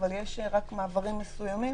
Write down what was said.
אבל יש רק מעברים מסוימים